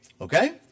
Okay